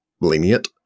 lenient